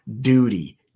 duty